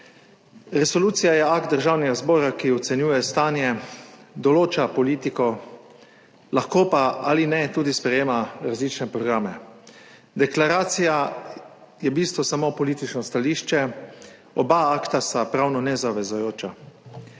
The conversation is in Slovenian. Resolucija je akt Državnega zbora, ki ocenjuje stanje, določa politiko, lahko pa - ali ne - tudi sprejema različne programe. Deklaracija je v bistvu samo politično stališče. Oba akta sta pravno nezavezujoča.